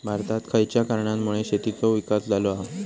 भारतात खयच्या कारणांमुळे शेतीचो विकास झालो हा?